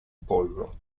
pollo